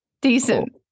Decent